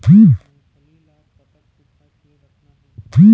मूंगफली ला कतक सूखा के रखना हे?